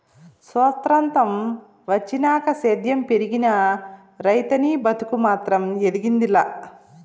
సొత్రంతం వచ్చినాక సేద్యం పెరిగినా, రైతనీ బతుకు మాత్రం ఎదిగింది లా